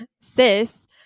sis